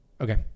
Okay